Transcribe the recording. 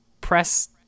press